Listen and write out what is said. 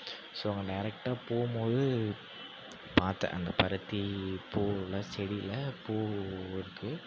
so அங்கே டேரக்ட்டாக போகும் மோது பார்த்தேன் அந்த பருத்தி பூவில செடியில பூவு இருக்கு